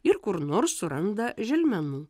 ir kur nors suranda želmenų